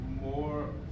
more